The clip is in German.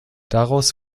daraus